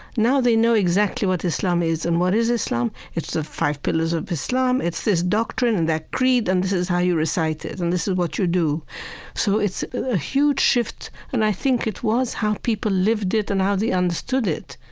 now they know exactly what islam is. and what is islam? it's the five pillars of islam. it's this doctrine and that creed, and this is how you recite it and this is what you do so it's a huge shift, and i think it was how people lived it and how they understood it